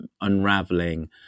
unraveling